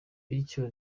bityo